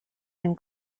than